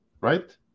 right